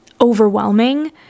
overwhelming